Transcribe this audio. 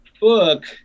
book